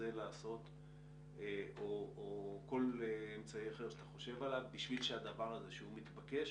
לעשות או כל אמצעי אחר שאתה חושב עליו בשביל שהדבר הזה שהוא מתבקש